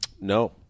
No